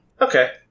Okay